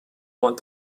want